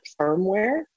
firmware